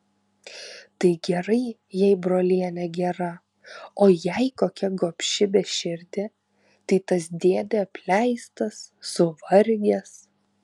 tai gerai jei brolienė gera o jei kokia gobši beširdė tai tas dėdė apleistas suvargęs